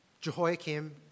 Jehoiakim